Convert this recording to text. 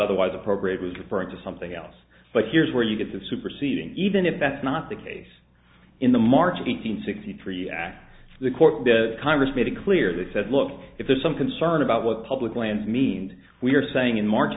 otherwise appropriate was referring to something else but here's where you get the superseding even if that's not the case in the march eighteenth sixty three act the the court made it clear that said look if there's some concern about what public land means we're saying in march